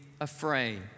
afraid